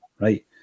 right